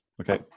Okay